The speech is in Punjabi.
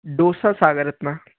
ਡੋਸਾ ਸਾਗਰ ਰਤਨਾ